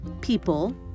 people